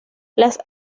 las